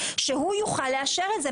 שהוא יוכל לאשר את זה.